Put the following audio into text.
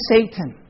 Satan